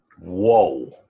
Whoa